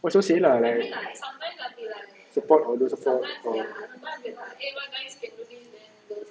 what's your say lah like support or don't support or